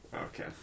Okay